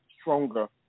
stronger